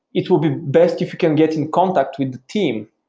it will be best if you can get in contact with the team,